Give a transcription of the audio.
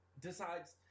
Decides